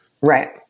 Right